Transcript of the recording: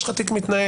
יש לך תיק מתנהל,